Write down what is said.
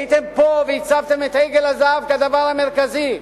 הייתם פה והצבתם את עגל הזהב כדבר המרכזי.